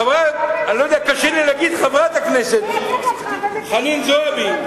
תרשי לי להגיד, חברת הכנסת חנין זועבי,